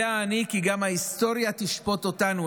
יודע אני כי ההיסטוריה תשפוט אותנו,